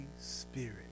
Spirit